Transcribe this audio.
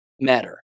matter